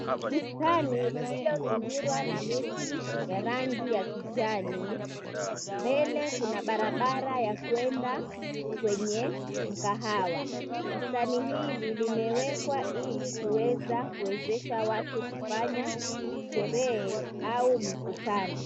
Bustani lililozingirwa na miti ya rangi ya kijani, mbele kuna barabara ya kuenda kwenye mkahawa. Bustani hili limewekwa ili kuweza kuwezesha watu kufanya sherehe au mikutano.